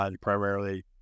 primarily